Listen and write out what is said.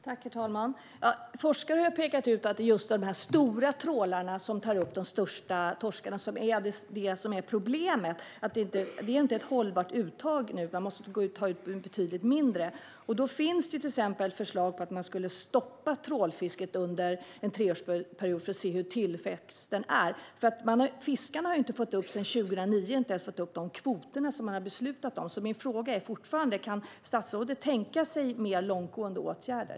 Herr talman! Forskare har pekat ut att det är de stora trålarna, som tar upp de största torskarna, som är problemet. Det är nu inte ett hållbart uttag. Man måste ta ut betydligt mindre. Det finns till exempel förslag på att man skulle stoppa trålfisket under en treårsperiod för att se hur tillväxten är. Fiskarna har sedan 2009 inte ens fått upp de kvoter som man har beslutat om. Min fråga är fortfarande: Kan statsrådet tänka sig mer långtgående åtgärder?